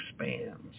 expands